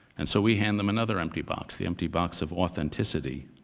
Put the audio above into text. and so we hand them another empty box, the empty box of authenticity.